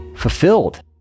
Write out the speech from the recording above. Fulfilled